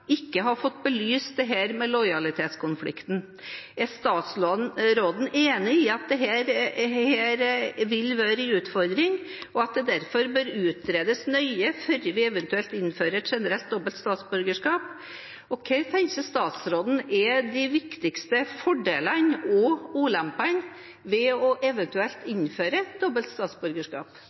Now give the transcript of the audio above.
ikke har fått belyst dette med lojalitetskonflikten. Er statsråden enig i at dette vil være en utfordring, og at det derfor bør utredes nøye før vi eventuelt innfører et generelt dobbelt statsborgerskap? Og hva tenker statsråden er de viktigste fordelene og ulempene ved eventuelt å innføre dobbelt statsborgerskap?